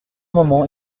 moment